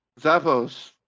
Zappos